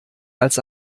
als